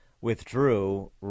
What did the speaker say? withdrew